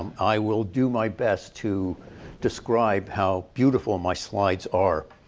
um i will do my best to describe how beautiful my slides are.